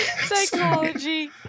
Psychology